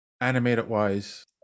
Animated-wise